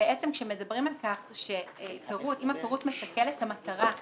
ואנחנו חושבים שנכון יותר להשאיר את זה בעולם הזה.